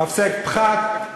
אוקיי.